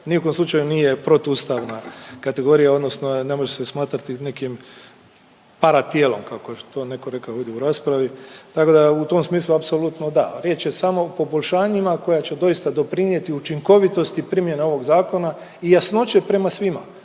u kom slučaju nije protu ustavna kategorija, odnosno ne može se smatrati nekim para tijelom kako je to netko rekao ovdje u raspravi. Tako da u tom smislu apsolutno da, riječ je samo o poboljšanjima koja će doista doprinijeti učinkovitosti primjena ovog zakona i jasnoće prema svima,